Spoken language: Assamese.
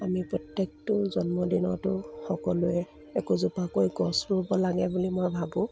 আমি প্ৰত্যেকটো জন্মদিনতো সকলোৱে একোজোপাকৈ গছ ৰুব লাগে বুলি মই ভাবোঁ